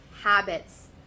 habits